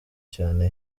cyane